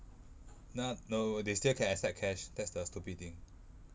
not no they still can accept cash that's the stupid thing